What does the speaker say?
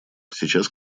сейчас